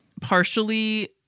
Partially